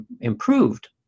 improved